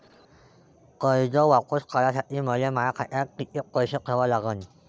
कर्ज वापिस करासाठी मले माया खात्यात कितीक पैसे ठेवा लागन?